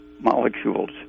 molecules